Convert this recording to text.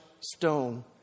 stone